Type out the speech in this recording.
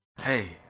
Hey